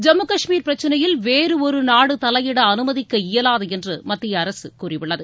ஜம்மு கஷ்மீர் பிரச்சனையில் வேறு ஒரு நாடு தலையிட அனுமதிக்க இயலாது என்று மத்திய அரசு கூறியுள்ளது